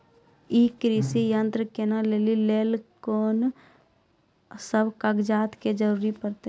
ई कृषि यंत्र किनै लेली लेल कून सब कागजात के जरूरी परतै?